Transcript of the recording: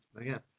again